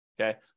okay